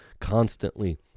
constantly